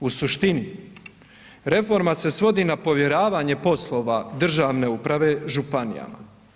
U suštini, reforma se svodi na povjeravanje poslova državne uprave županijama.